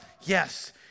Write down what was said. Yes